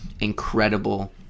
incredible